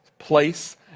place